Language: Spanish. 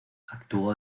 actuó